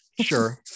Sure